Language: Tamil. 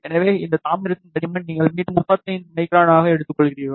எனவே இந்த தாமிரத்தின் தடிமன் நீங்கள் மீண்டும் 35 மைக்ரானாக எடுத்துக்கொள்கிறீர்கள்